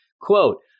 Quote